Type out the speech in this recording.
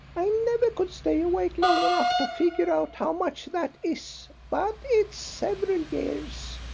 i never could stay awake long enough to figure out how much that is, but it's several years.